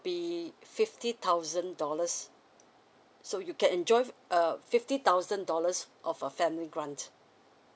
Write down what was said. be fifty thousand dollars so you can enjoy err fifty thousand dollars of a family grant